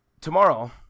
Tomorrow